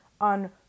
on